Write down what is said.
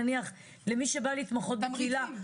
נניח למי שבא להתמחות בקהילה,